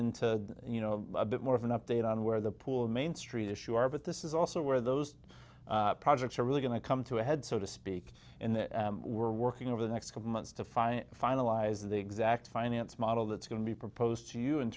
into you know a bit more of an update on where the pool mainstreet issue are but this is also where those projects are really going to come to a head so to speak and we're working over the next couple months to find finalize the exact finance model that's going to be proposed to you in